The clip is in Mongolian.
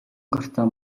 гартаа